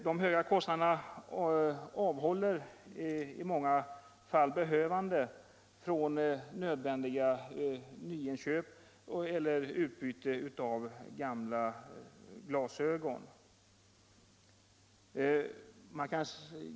De höga kostnaderna avhåller i många fall behövande från nödvändiga nyinköp eller från utbyte av gamla glasögon.